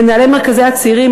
מנהלי מרכזי הצעירים,